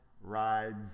rides